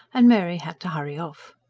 and mary had to hurry off.